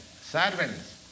servants